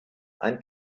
ein